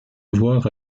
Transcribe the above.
voir